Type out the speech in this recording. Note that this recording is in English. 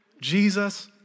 Jesus